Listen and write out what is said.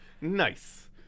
Nice